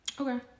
Okay